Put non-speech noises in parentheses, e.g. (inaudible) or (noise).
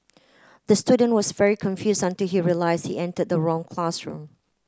(noise) the student was very confused until he realised he entered the wrong classroom